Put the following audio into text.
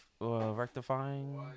rectifying